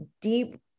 deep